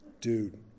Dude